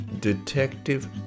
Detective